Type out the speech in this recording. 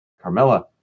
Carmella